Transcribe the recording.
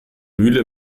mühle